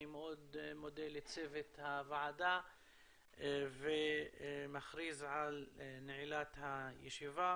אני מאוד מודה לצוות הוועדה ומכריז על נעילת הישיבה,